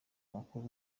makuru